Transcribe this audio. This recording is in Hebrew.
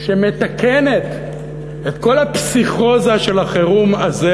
שמתקנת את כל הפסיכוזה של החירום הזה